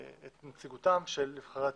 נציגותם של נבחרי הציבור.